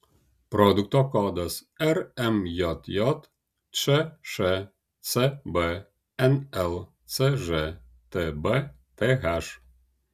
produkto kodas rmjj čšcb nlcž tbth